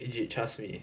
legit trust me